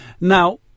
Now